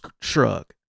shrug